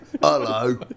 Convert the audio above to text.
Hello